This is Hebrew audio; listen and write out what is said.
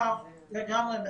לגמרי.